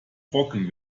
brocken